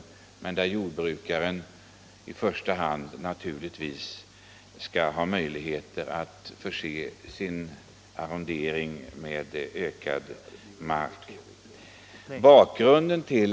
Men naturligtvis har jordbrukarna i första hand varit tillförsäkrade möjligheten att förbättra arronderingen genom inköp av marken.